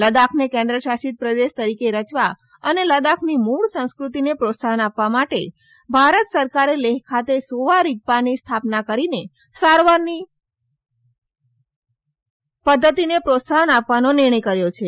લદ્દાખને કેન્દ્ર શાસિત પ્રદેશ તરીકે રચવા અને લદ્દાખની મૂળ સંસ્કૃતિને પ્રોત્સાહન આપવા માટે ભારત સરકારે લેહ ખાતે સોવા રિગ્યાની સ્થાપના કરીને સારવારની સોવા રિગ્યા પદ્ધતિને પ્રોત્સાહન આપવાનો નિર્ણય કર્યો છે